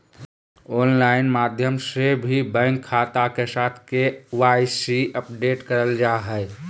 online माध्यम से भी बैंक खाता के साथ के.वाई.सी अपडेट करल जा हय